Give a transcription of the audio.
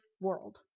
world